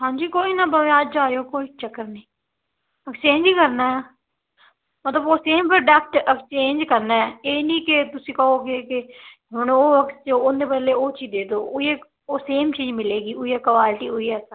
ਹਾਂਜੀ ਕੋਈ ਨਾ ਭਾਵੇਂ ਅੱਜ ਆ ਜਿਓ ਕੋਈ ਚੱਕਰ ਨਹੀਂ